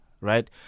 right